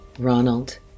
Ronald